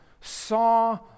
saw